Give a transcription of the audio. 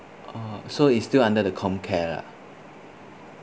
oh so is still under the comcare lah